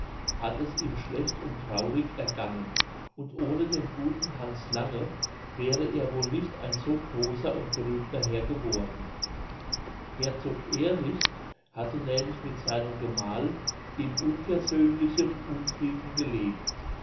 hat es ihm schlecht und traurig ergangen und ohne den guten hans lange wäre er wohl nicht ein so großer und berühmter herr geworden herzog erich hatte nämlich mit seinem gemahl in unversöhnlichem unfrieden gelebt